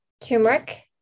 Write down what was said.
turmeric